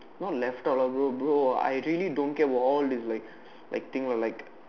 not left out lah bro bro I really don't care about all this like things like